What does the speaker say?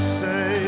say